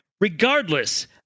regardless